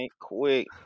quick